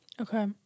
Okay